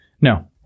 No